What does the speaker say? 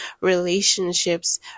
relationships